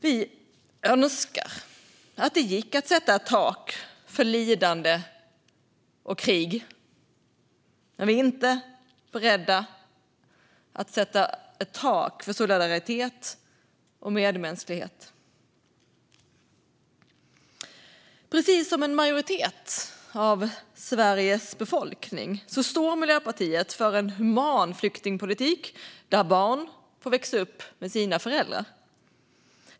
Vi önskar att det gick att sätta ett tak för lidande och krig, men vi är inte beredda att sätta ett tak för solidaritet och medmänsklighet. Precis som en majoritet av Sveriges befolkning står Miljöpartiet för en human flyktingpolitik där barn får växa upp med sina föräldrar.